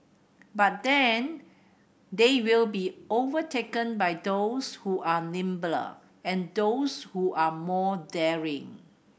but then they will be overtaken by those who are nimbler and those who are more daring